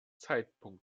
zeitpunkt